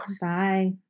Bye